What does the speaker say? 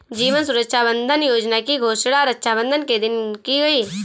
जीवन सुरक्षा बंधन योजना की घोषणा रक्षाबंधन के दिन की गई